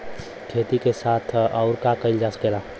खेती के साथ अउर का कइल जा सकेला?